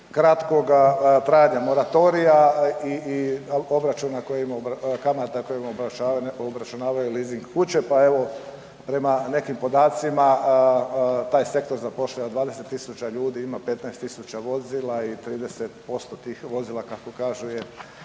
kratkoga trajanja moratorija i kamata koje im obračunavaju lizing kuće. Pa evo prema nekim podacima taj sektor zapošljava 20.000, ima 15.000 vozila i 30% tih vozila kako kažu je